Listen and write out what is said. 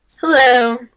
Hello